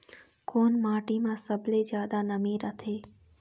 कोन माटी म सबले जादा नमी रथे?